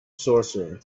sorcerer